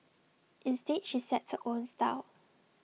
instead she sets her own style